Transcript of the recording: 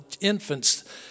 infant's